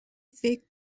فکر